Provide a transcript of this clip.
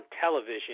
television